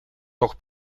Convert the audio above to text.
toch